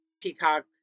peacock